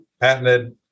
patented